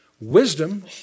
wisdom